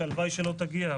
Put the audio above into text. שהלוואי שלא תגיע,